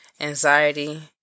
anxiety